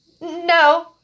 No